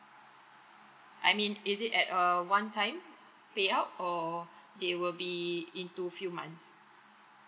I mean is it at err one time payout or they will be into few months